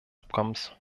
abkommens